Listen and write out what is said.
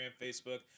Facebook